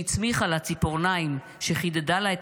/ שהצמיחה לה ציפורניים / שחידדה לה את